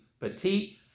Petit